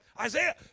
Isaiah